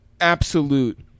absolute